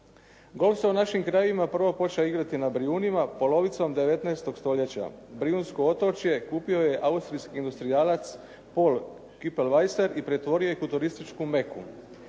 Golf se u našim krajevima prvo počeo igrati na Brijunima polovicom 19. stoljeća. Brijunsko otočje kupio je austrijski industrijalac Paul Cooperweiser i pretvorio ih u turističku meku.